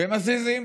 מזיזים.